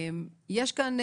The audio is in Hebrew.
יש כאן,